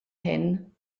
hyn